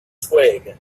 twig